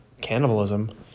cannibalism